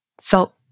felt